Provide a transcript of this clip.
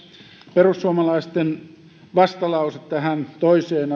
perussuomalaisten vastalause tähän toiseen